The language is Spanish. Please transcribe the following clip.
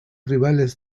rivales